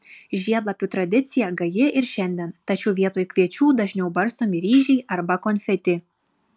žiedlapių tradicija gaji ir šiandien tačiau vietoj kviečių dažniau barstomi ryžiai arba konfeti